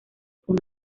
con